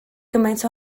cymaint